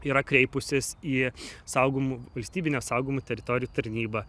yra kreipusis į saugomų valstybinę saugomų teritorijų tarnybą